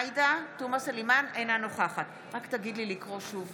אינה נוכחת נא לקרוא שוב